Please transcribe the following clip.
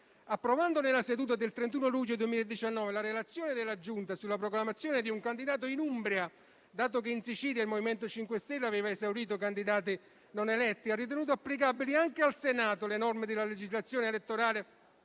approvando nella seduta del 31 luglio 2019, la relazione della Giunta sulla proclamazione di un candidato in Umbria - dato che in Sicilia il MoVimento 5 Stelle aveva esaurito candidati non eletti - ha ritenuto applicabili anche al Senato le norme della legislazione elettorale